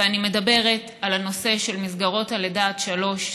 ואני מדברת על הנושא של מסגרות הלידה עד שלוש.